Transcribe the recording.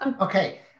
Okay